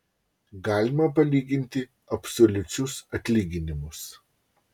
galima palyginti absoliučius atlyginimus